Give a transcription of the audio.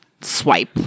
swipe